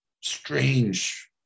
strange